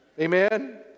Amen